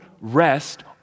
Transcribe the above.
rest